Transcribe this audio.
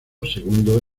segundo